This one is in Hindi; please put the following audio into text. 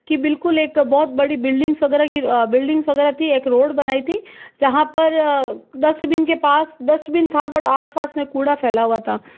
कि बिल्कुल एक बहुत बड़ी बिल्डिंगस वगैरह की बिल्डिंगस वगैरह थी एक रोड बनाई थी जहाँ पर डस्टबिन के पास डस्टबिन था बट आसपास में कूड़ा फैला हुआ था